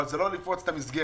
אבל זה לא לפרוץ את המסגרת.